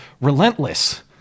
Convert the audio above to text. relentless